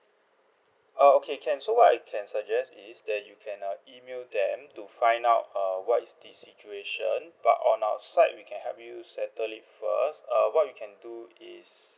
oh okay can so what I can suggest is that you can uh email them to find out uh what is the situation but on our side we can help you settle it first err what we can do is